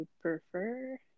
prefer